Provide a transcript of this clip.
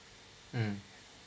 mm